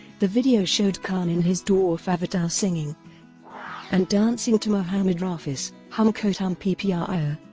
the video showed khan in his dwarf avatar singing and dancing to mohammed rafi's hum ko tum pe pyar aaya.